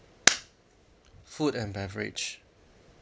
food and beverage